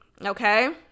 okay